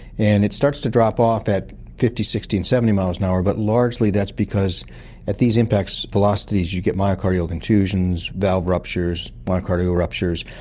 and it starts to drop off at fifty, sixty and seventy miles an hour, but largely that's because at these impact velocities you get myocardial contusions, valve ruptures, myocardial ruptures,